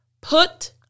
put